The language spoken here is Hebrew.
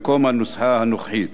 במקום הנוסחה הנוכחית.